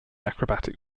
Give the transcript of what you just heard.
acrobatic